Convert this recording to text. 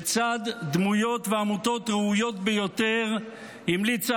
בצד דמויות ועמותות ראויות ביותר המליצה